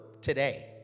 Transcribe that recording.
today